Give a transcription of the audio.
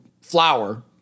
flour